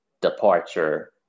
departure